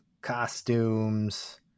costumes